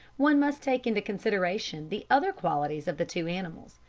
one must take into consideration the other qualities of the two animals,